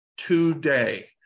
today